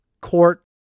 court